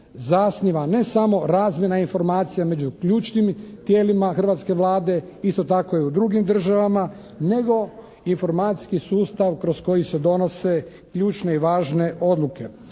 zasniva ne samo razmjena informacija među ključnim tijelima hrvatske Vlade. Isto tako i u drugim državama. Nego informacijski sustav kroz koji se donose ključne i važne odluke.